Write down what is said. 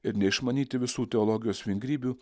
ir neišmanyti visų teologijos vingrybių